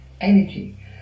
energy